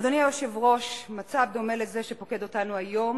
אדוני היושב-ראש, מצב דומה לזה שפוקד אותנו היום